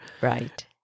Right